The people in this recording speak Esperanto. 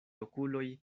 okuloj